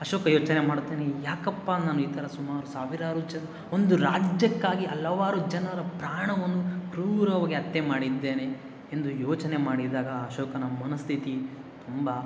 ಅಶೋಕ ಯೋಚನೆ ಮಾಡುತ್ತಾನೆ ಏಕಪ್ಪಾ ನಾನು ಈ ಥರ ಸುಮಾರು ಸಾವಿರಾರು ಜನ ಒಂದು ರಾಜ್ಯಕ್ಕಾಗಿ ಹಲವಾರು ಜನರ ಪ್ರಾಣವನ್ನು ಕ್ರೂರವಾಗಿ ಹತ್ಯೆ ಮಾಡಿದ್ದೇನೆ ಎಂದು ಯೋಚನೆ ಮಾಡಿದಾಗ ಅಶೋಕನ ಮನಸ್ಥಿತಿ ತುಂಬ